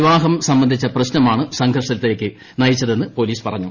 വിവാഹം സംബന്ധിച്ച പ്രശ്നമാണ് സംഘർഷത്തിലേക്ക് നയിച്ചതെന്ന് പൊലീസ് പറഞ്ഞു